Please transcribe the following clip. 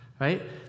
Right